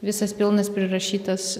visas pilnas prirašytas